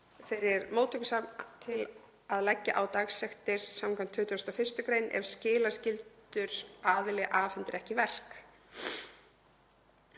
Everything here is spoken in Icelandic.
fyrir móttökusafn til að leggja á dagsektir skv. 21. gr. ef skilaskyldur aðili afhendir ekki verk.